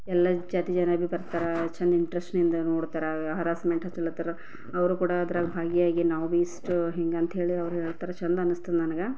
ಎಲ್ಲ ಜಾತಿ ಜನಗಳು ಬರ್ತಾರೆ ಚೆಂದ ಇಂಟ್ರೆಸ್ಟ್ನಿಂದ ನೋಡ್ತಾರೆ ಹರಾಸ್ಮೆಟ್ ಹತ್ಲಿಕತಾರ ಅವರು ಕೂಡ ಅದ್ರಲ್ಲಿ ಭಾಗಿಯಾಗಿ ನಾವಿಷ್ಟು ಹೀಗಂತ ಹೇಳಿ ಅವರು ಹೇಳ್ತಾರೆ ಚೆಂದ ಅನ್ನಿಸ್ತದೆ ನನಗೆ